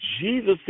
Jesus